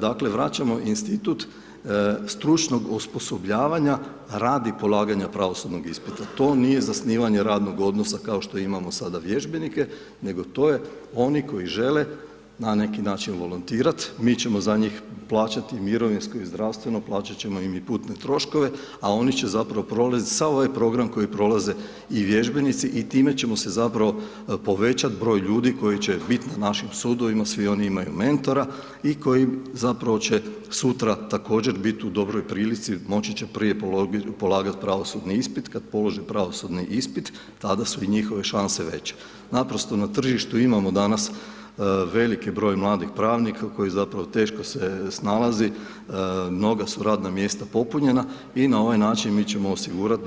Dakle, vraćamo institut stručnog osposobljavanja radi polaganja pravosudnog ispita, to nije zasnivanje radnog odnosa, kao što imamo sada vježbenike, nego to je, oni koji žele na neki način volontirat, mi ćemo za njih plaćati mirovinsko i zdravstveno, plaćati ćemo im i putne troškove, a oni će zapravo prolaziti sav ovaj program koji prolaze i vježbenici i time ćemo si zapravo povećati broj ljudi koji će biti na našim sudovima, svi oni imaju mentora i koji, zapravo, će sutra također biti u dobroj prilici, moći će prije polagati pravosudni ispit, kad polože pravosudni ispit, tada su i njihove šanse veće, Naprosto, na tržištu imamo danas veliki broj mladih pravnika koji, zapravo, teško se snalazi, mnoga su radna mjesta su popunjena i na ovaj način mi ćemo osigurati